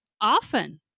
often